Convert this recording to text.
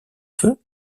feu